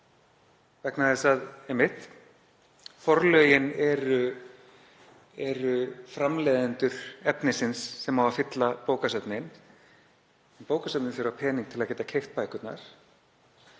hefur gerst í millitíðinni? Forlögin eru framleiðendur efnisins sem á að fylla bókasöfnin. Bókasöfnin þurfa pening til að geta keypt bækurnar.